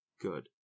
good